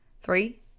Three